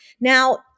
Now